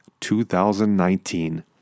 2019